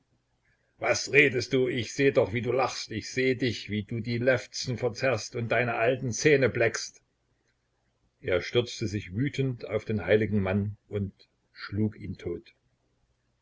was redest du ich seh doch wie du lachst ich seh dich wie du die lefzen verzerrst und deine alten zähne bleckst er stürzte sich wütend auf den heiligen mann und schlug ihn tot